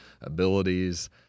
abilities